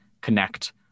connect